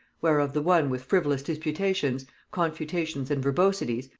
whereof the one with frivolous disputations, confutations and verbosities,